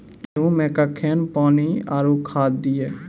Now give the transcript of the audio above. गेहूँ मे कखेन पानी आरु खाद दिये?